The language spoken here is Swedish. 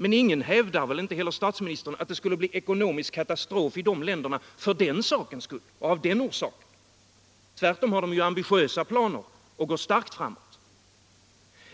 Men ingen hävdar väl — inte heller statsministern — att det skulle bli ekonomisk katastrof i de länderna av den orsaken. Tvärtom har de ju ambitiösa planer och går starkt framåt.